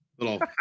little